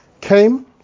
came